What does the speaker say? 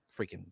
freaking